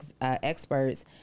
experts